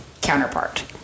counterpart